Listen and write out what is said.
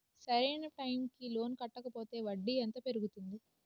సరి అయినా టైం కి లోన్ కట్టకపోతే వడ్డీ ఎంత పెరుగుతుంది?